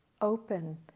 open